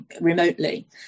remotely